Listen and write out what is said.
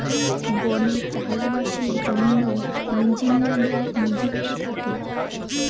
বনে চাষ বাসের জন্য ইঞ্জিনিয়াররা নিযুক্ত থাকে